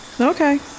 Okay